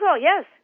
yes